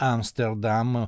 Amsterdam